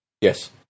Yes